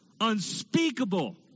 unspeakable